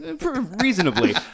Reasonably